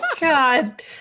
God